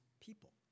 people